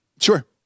Sure